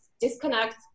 disconnect